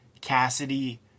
Cassidy